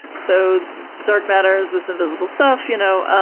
so dark matter is this invisible stuff, you know